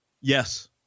yes